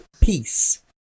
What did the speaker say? peace